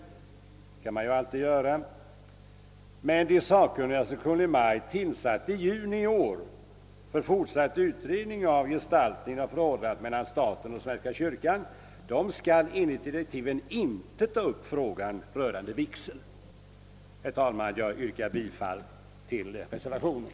Det kan man alltid göra, men de sakkunniga, som Kungl. Maj:t tillsatte i juni i år för fortsatt utredning av gestaltningen av förhållandet mellan staten och svenska kyrkan, skall enligt direktiven inte ta upp frågan om vigsel. Herr talman! Jag yrkar bifall till reservationen.